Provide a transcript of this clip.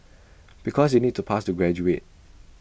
because you need to pass to graduate